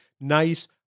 nice